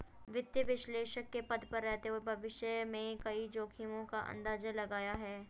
वित्तीय विश्लेषक के पद पर रहते हुए भविष्य में कई जोखिमो का अंदाज़ा लगाया है